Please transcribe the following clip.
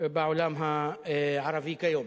בעולם הערבי כיום.